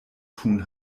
tun